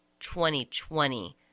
2020